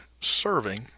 serving